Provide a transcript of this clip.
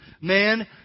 Man